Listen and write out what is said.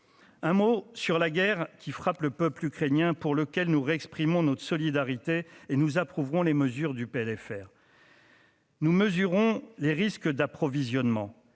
un mot sur la guerre qui frappe le peuple ukrainien pour lequel nous re-exprimons notre solidarité et nous approuveront les mesures du PLFR. Nous mesurons les risques d'approvisionnement